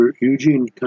Eugene